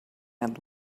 and